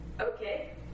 Okay